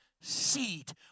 seed